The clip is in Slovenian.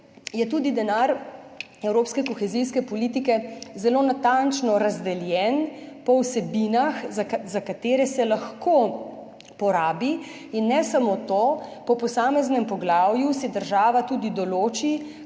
je tudi denar evropske kohezijske politike zelo natančno razdeljen po vsebinah, za katere se lahko porabi. In ne samo to, po posameznem poglavju si država tudi določi,